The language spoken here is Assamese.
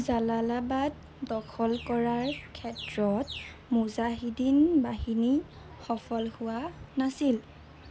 জালালাবাদ দখল কৰাৰ ক্ষেত্ৰত মুজাহিদীন বাহিনী সফল হোৱা নাছিল